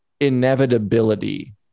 inevitability